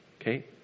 Okay